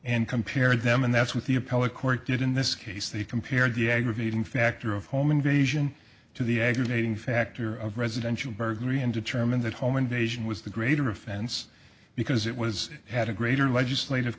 and compare them and that's what the appellate court did in this case the computer and the aggravating factor of home invasion to the aggravating factor of residential burglary and determine that home invasion was the greater offense because it was had a greater legislative